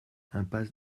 impasse